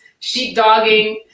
sheepdogging